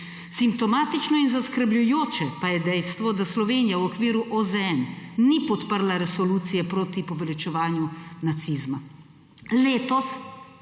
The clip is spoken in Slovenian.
Simptomatično in zaskrbljujoče pa je dejstva, da Slovenija v okviru OZN ni podprla Resolucije proti poveličevanju nacizma.